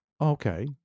Okay